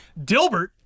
Dilbert